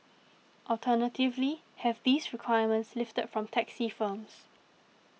alternatively have these requirements lifted from taxi firms